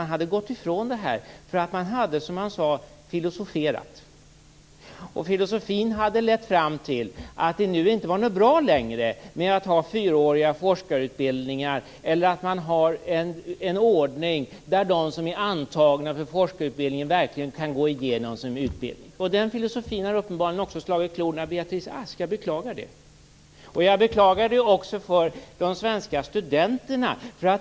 Man hade gått ifrån det här, för man hade - som han sade - filosoferat, och filosofin hade lett fram till att det nu inte längre var bra att ha fyraåriga forskarutbildningar eller att man har en ordning där de som är antagna till forskarutbildning verkligen kan gå igenom sin utbildning. Den filosofin har uppenbarligen också slagit klorna i Beatrice Ask. Jag beklagar det. Och jag beklagar det också för de svenska studenterna.